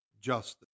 justice